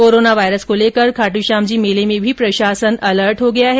corona virus को लेकर खाटू श्याम जी मेले में भी प्रशासन अलर्ट हो गया है